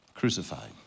Crucified